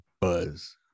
Buzz